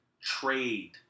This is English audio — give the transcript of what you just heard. trade